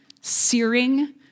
searing